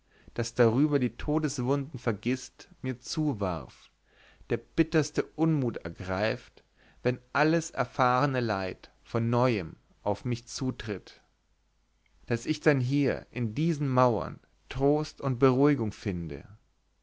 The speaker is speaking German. das darüber die todeswunden vergißt mir zuwarf der bitterste unmut ergreift wenn alles erfahrne leid von neuem auf mich zutritt daß ich dann hier in diesen mauern trost und beruhigung finde